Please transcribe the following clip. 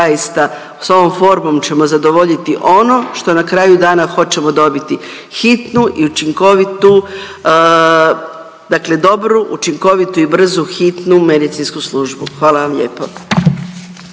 s ovom formom ćemo zadovoljiti ono što na kraju dana hoćemo dobiti hitnu i učinkovitu, dakle dobru, učinkovitu i brzu hitnu medicinsku službu. Hvala vam lijepa.